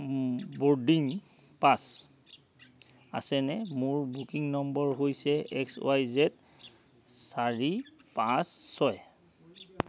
boarding pass আছেনে মোৰ booking number হৈছে এক্স ৱাই জেদ চাৰি পাঁচ ছয়